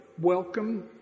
welcome